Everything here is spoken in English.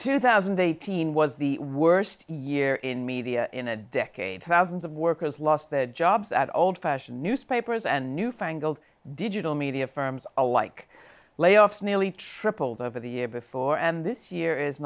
two thousand and eighteen was the worst year in media in a decade thousands of workers lost their jobs at old fashioned newspapers and newfangled digital media firms alike layoffs nearly tripled over the year before and this year is